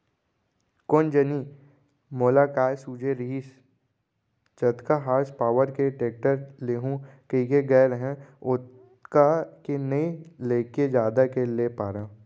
कोन जनी मोला काय सूझे रहिस जतका हार्स पॉवर के टेक्टर लेहूँ कइके गए रहेंव ओतका के नइ लेके जादा के ले पारेंव